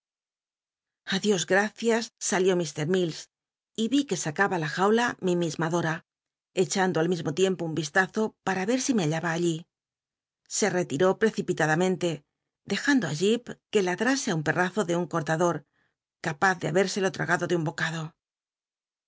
a dios gtacias salió mr mills y l'i que sncaba la jaula mi misma dota cebando al mismo tiempo un vistazo para ver si me hallaba allí se tetiró ptecipilad amcnle dejando ll que ladrase á un pcrrazo de un cortador capaz de habérselo lrngado de un bocado